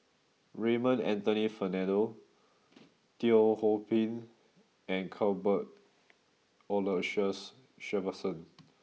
Raymond Anthony Fernando Teo Ho Pin and Cuthbert Aloysius Shepherdson